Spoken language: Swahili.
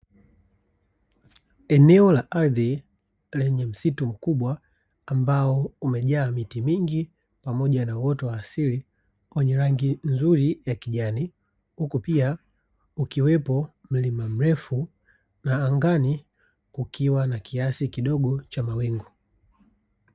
Eneo la ardhi lenye msitu mkubwa ambao umejaa miti mingi pamoja na uoto wa asili wenye rangi nzuri ya kijani, huku pia ukiwepo mlima mrefu na angani kukiwepi kiasi kidogo cha mawingu.